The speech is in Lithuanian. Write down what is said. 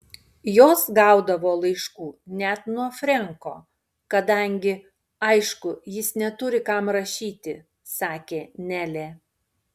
jos gaudavo laiškų net nuo frenko kadangi aišku jis neturi kam rašyti sakė nelė